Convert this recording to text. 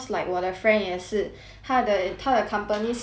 他的他的 company 是差点要 bankrupt liao